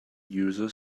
user